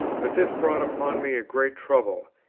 but this brought upon me a great trouble.